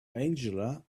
angela